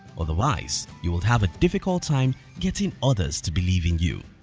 otherwise, you would have a difficult time getting others to believe in you.